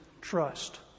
trust